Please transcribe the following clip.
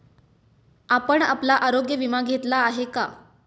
आपण आपला आरोग्य विमा घेतला आहे का?